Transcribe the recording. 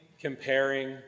comparing